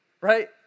right